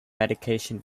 medication